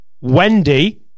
Wendy